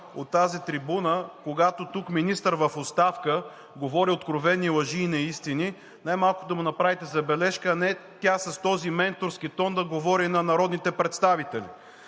от тази трибуна, когато тук министър в оставка говори откровени лъжи и неистини, най-малко да му направите забележка, а не тя с този менторски тон да говори на народните представители!